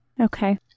Okay